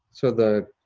so the